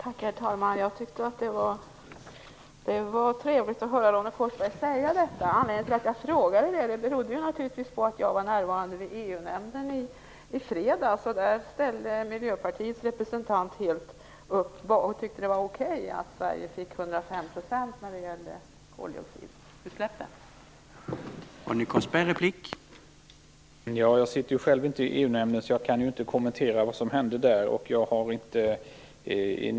Herr talman! Jag tycker att det var trevligt att höra Ronny Korsberg säga detta. Anledningen till att jag frågar är naturligtvis att jag var närvarande i EU nämnden i fredags. Där ställde Miljöpartiets representant upp och tyckte att det var okej att Sverige fick 105 % när det gällde koldioxidutsläppen.